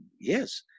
Yes